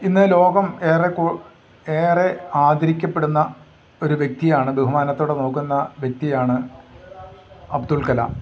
ഇന്ന് ലോകം ഏറെ ഏറെ ആദരിക്കപ്പെടുന്ന ഒരു വ്യക്തിയാണ് ബഹുമാനത്തോടെ നോക്കുന്ന വ്യക്തിയാണ് അബ്ദുൽ കലാം